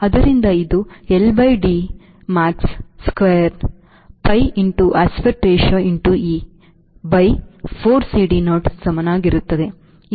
ಆದ್ದರಿಂದ ಇದು L by D max square pi aspect ratio e by 4 CD naught ಸಮನಾಗಿರುತ್ತದೆ